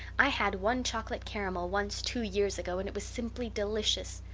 i had one chocolate caramel once two years ago and it was simply delicious.